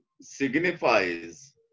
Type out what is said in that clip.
signifies